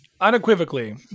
unequivocally